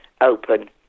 open